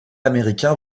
américains